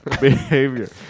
Behavior